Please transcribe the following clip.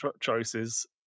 choices